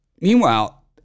Meanwhile